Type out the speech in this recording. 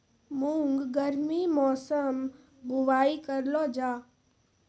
मूंग गर्मी मौसम बुवाई करलो जा?